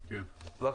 בבקשה.